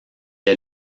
est